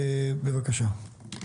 בבקשה.